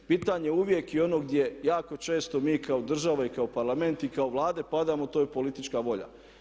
Pitanje uvijek i onog gdje jako često mi kao država i kao Parlament i kao Vlade padamo to je politička volja.